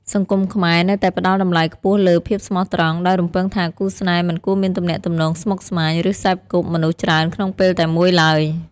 សង្គមខ្មែរនៅតែផ្ដល់តម្លៃខ្ពស់លើ "ភាពស្មោះត្រង់" ដោយរំពឹងថាគូស្នេហ៍មិនគួរមានទំនាក់ទំនងស្មុគស្មាញ ឬសេពគប់មនុស្សច្រើនក្នុងពេលតែមួយឡើយ។